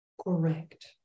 Correct